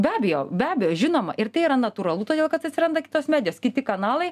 be abejo be abejo žinoma ir tai yra natūralu todėl kad atsiranda kitos medijos kiti kanalai